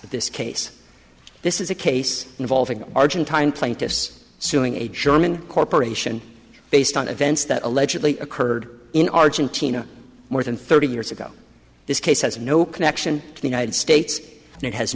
of this case this is a case involving argentine plaintiffs suing a german corporation based on events that allegedly occurred in argentina more than thirty years ago this case has no connection to the united states and it has